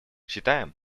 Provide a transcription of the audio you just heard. считаем